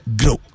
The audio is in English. grow